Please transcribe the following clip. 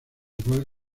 igual